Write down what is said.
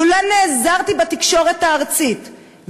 לולא נעזרתי בתקשורת הארצית,